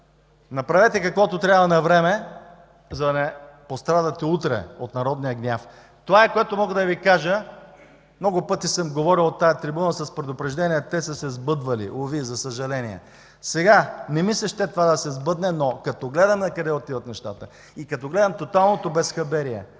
направете каквото трябва навреме, за да не пострадате утре от народния гняв. Това е, което мога да Ви кажа. Много пъти съм говорил от тази трибуна с предупреждения, а, за съжаление, те са се сбъдвали, уви. Сега не ми се ще това да се сбъдне, но като гледам накъде отиват нещата и като гледам тоталното безхаберие